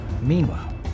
Meanwhile